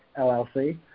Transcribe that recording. LLC